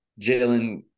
Jalen